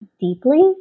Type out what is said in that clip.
deeply